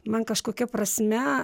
man kažkokia prasme